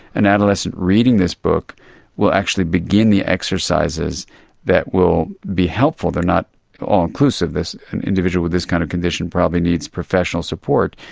an adolescent reading this book will actually begin the exercises that will be helpful. they are not all-inclusive, an individual with this kind of condition probably needs professional support,